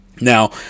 Now